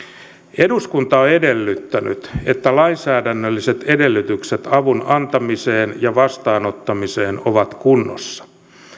eduskunta on edellyttänyt että lainsäädännölliset edellytykset avun antamiseen ja vastaanottamiseen ovat kunnossa